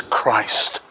Christ